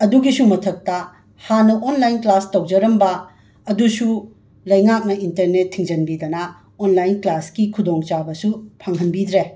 ꯑꯗꯨꯒꯤꯁꯨ ꯃꯛꯇ ꯍꯥꯟꯅ ꯑꯣꯟꯂꯥꯏꯟ ꯀ꯭ꯂꯥꯁ ꯇꯧꯖꯔꯝꯕ ꯑꯗꯨꯁꯨ ꯂꯩꯉꯥꯛꯅ ꯏꯟꯇꯔꯅꯦꯠ ꯊꯤꯡꯖꯤꯟꯕꯤꯗꯅ ꯑꯣꯟꯂꯥꯏꯟ ꯀ꯭ꯂꯥꯁꯀꯤ ꯈꯨꯗꯣꯡꯆꯥꯕꯁꯨ ꯐꯪꯍꯟꯕꯤꯗ꯭ꯔꯦ